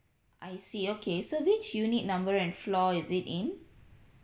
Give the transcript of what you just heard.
I see okay so which unit number and floor is it in